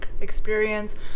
experience